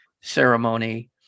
ceremony